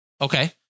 Okay